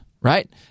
right